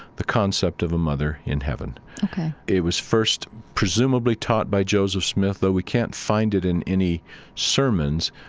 the concept of a mother in heaven ok it was first presumably taught by joseph smith, though we can't find it in any sermons,